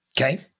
Okay